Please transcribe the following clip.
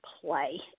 play